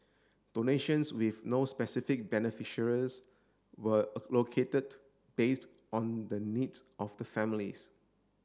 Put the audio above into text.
donations with no specific beneficiaries were allocated based on the needs of the families